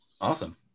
awesome